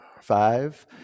five